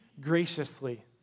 graciously